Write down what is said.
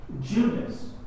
Judas